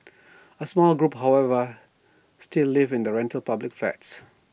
A small group however still live in rental public flats